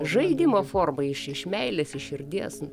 žaidimo forma iš iš meilės iš širdies